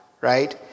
right